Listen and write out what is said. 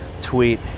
tweet